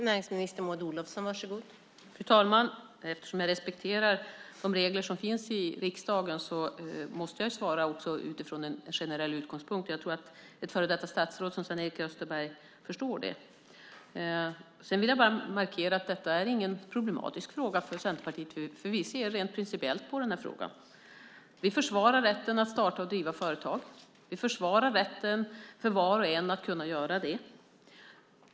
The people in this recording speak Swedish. Fru talman! Eftersom jag respekterar de regler som finns i riksdagen måste jag svara utifrån en generell utgångspunkt. Jag tror att ett före detta statsråd som Sven-Erik Österberg förstår det. Jag vill markera att detta inte är en problematisk fråga för Centerpartiet. Vi ser rent principiellt på den. Vi försvarar rätten att starta och driva företag. Vi försvarar rätten för var och en att kunna göra det.